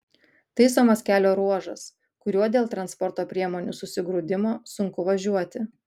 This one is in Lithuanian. taisomas kelio ruožas kuriuo dėl transporto priemonių susigrūdimo sunku važiuoti